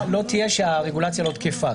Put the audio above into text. אבל הסנקציה לא תהיה שהרגולציה לא תקפה.